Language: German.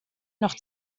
noch